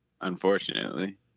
unfortunately